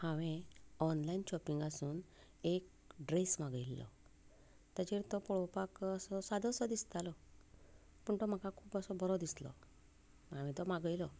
हांवें ऑनलायन शोपींगा सावन एक ड्रॅस मागयिल्लो ताचेर तो पळोवपाक असो सादो सो दिसतालो पूण तो म्हाका खूब असो बरो दिसलो हांवें तो मागयलो